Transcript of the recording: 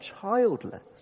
childless